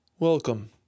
Welcome